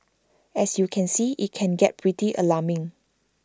as you can see IT can get pretty alarming